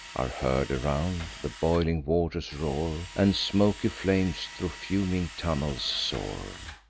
are heard around the boiling waters roar, and smoky flames thro' fuming tunnels soar.